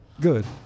Good